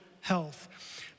health